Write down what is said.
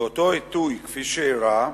באותו עיתוי, כפי שאירע,